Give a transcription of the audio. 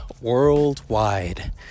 worldwide